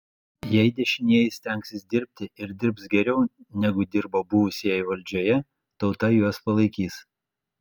jei dešinieji stengsis dirbti ir dirbs geriau negu dirbo buvusieji valdžioje tauta juos palaikys